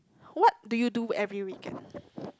what do you do every weekend